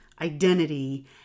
identity